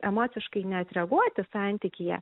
emociškai neatreaguoti santykyje